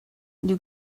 you